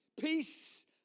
Peace